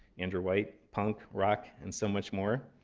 andrew white, punk, rock, and so much more.